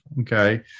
Okay